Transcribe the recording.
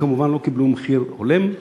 וכמובן לא קיבלו מחיר הולם.